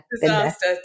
Disaster